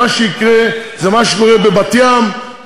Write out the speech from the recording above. מה שיקרה זה מה שקורה בבת-ים,